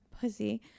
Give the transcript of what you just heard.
pussy